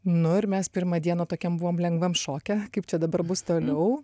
nu ir mes pirmą dieną tokiam buvom lengvam šoke kaip čia dabar bus toliau